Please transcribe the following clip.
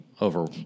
over